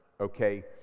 Okay